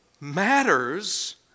matters